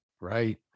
Right